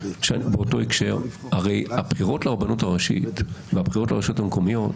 באותו הקשר: הרי הבחירות לרבנות הראשית והבחירות לרשויות המקומיות,